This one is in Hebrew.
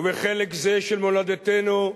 ובחלק זה של מולדתנו,